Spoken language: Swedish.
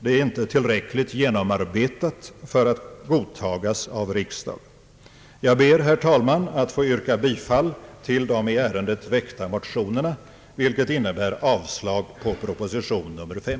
Det är inte tillräckligt genomarbetat för att godtagas av riksdagen. Jag ber, herr talman, att få yrka bifall till de i ärendet väckta motionerna, vilket innebär avslag på proposition nr 5.